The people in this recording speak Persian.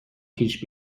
پیش